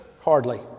Hardly